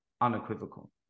unequivocal